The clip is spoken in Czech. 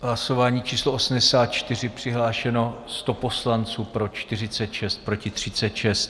Hlasování číslo 84, přihlášeno 100 poslanců, pro 46, proti 36.